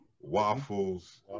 waffles